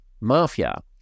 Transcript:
mafia